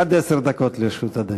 עד עשר דקות לרשות אדוני.